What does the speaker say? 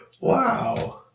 Wow